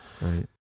right